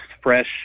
fresh